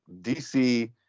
dc